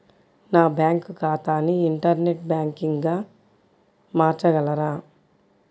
నా బ్యాంక్ ఖాతాని ఇంటర్నెట్ బ్యాంకింగ్గా మార్చగలరా?